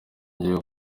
njyewe